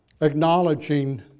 acknowledging